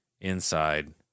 inside